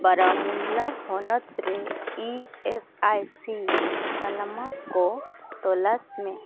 ᱵᱟᱨᱚᱢᱩᱞᱞᱟ ᱦᱚᱱᱚᱛᱨᱮ I S I C ᱛᱟᱞᱢᱟᱠᱚ ᱛᱚᱞᱟᱥᱢᱮ